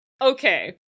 Okay